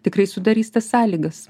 tikrai sudarys tas sąlygas